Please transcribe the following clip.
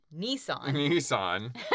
Nissan